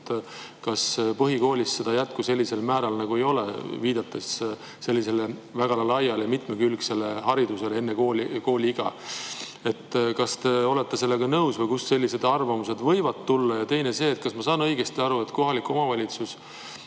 siis põhikoolis seda jätku sellisel määral ei ole, viidates väga laiale ja mitmekülgsele haridusele enne kooliiga. Kas te olete sellega nõus? Või kust sellised arvamused võivad tulla? Ja teine asi, kas ma saan õigesti aru, et kohalik omavalitsus